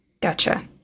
Gotcha